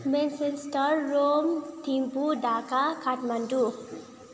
Manchester Rome Thimphu Dhaka Kathmandu